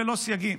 ללא סייגים.